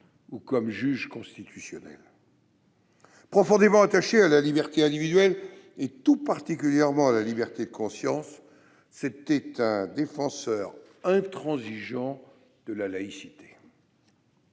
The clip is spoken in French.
ou comme juge constitutionnel. Profondément attaché à la liberté individuelle, et tout particulièrement à la liberté de conscience, c'était un défenseur intransigeant de la laïcité.